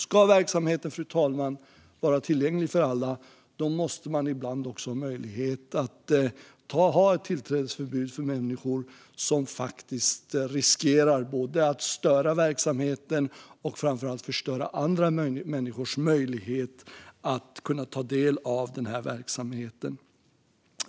Ska verksamheten vara tillgänglig för alla, fru talman, måste man ibland också ha möjlighet att ha ett tillträdesförbud för människor som faktiskt riskerar både att störa verksamheten och att, framför allt, störa andra människors möjlighet att ta del av verksamheten.